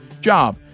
job